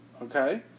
Okay